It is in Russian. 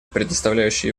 предоставляющие